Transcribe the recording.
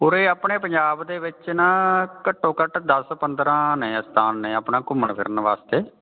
ਉਰੇ ਆਪਣੇ ਪੰਜਾਬ ਦੇ ਵਿੱਚ ਨਾ ਘੱਟੋ ਘੱਟ ਦਸ ਪੰਦਰ੍ਹਾਂ ਨੇ ਅਸਥਾਨ ਨੇ ਆਪਣਾ ਘੁੰਮਣ ਫਿਰਨ ਵਾਸਤੇ